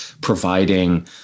providing